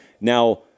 Now